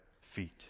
feet